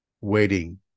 waiting